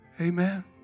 Amen